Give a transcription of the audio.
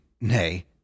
nay